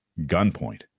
gunpoint